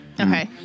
Okay